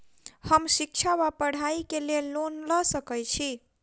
हम शिक्षा वा पढ़ाई केँ लेल लोन लऽ सकै छी?